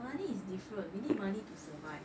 money is different you need money to survive